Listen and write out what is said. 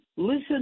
listen